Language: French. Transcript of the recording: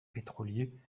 pétroliers